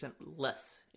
less